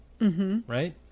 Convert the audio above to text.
right